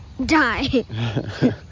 die